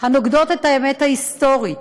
הנוגדות את האמת ההיסטורית.